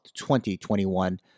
2021